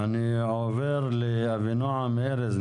אני עובר לאבינועם ארז,